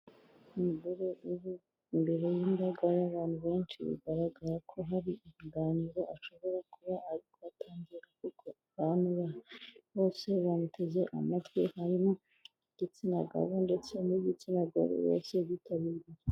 Umugore uri imbere y'imbaga y'abantu benshi bigaragara ko hari ibiganiro ashobora kuba atangira aho. Bose bamuteze amatwi. Harimo igitsina gabo ndetse n'igitsina gore bose bitabiriye.